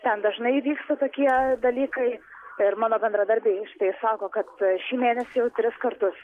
ten dažnai įvyksta tokie dalykai ir mano bendradarbiai šitai sako kad šį mėnesį jau tris kartus